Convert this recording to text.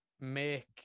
make